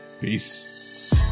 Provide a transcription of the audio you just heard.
Peace